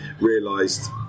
realised